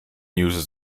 uses